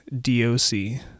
D-O-C